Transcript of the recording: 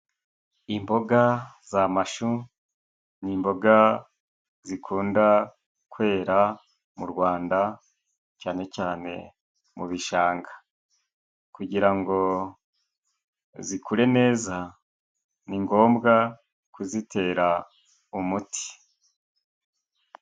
Imboga z'amashu ni imboga zikunda kwera mu Rwanda cyane cyane mu bishanga, kugira ngo zikure neza ni ngombwa kuzitera umuti.